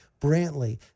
Brantley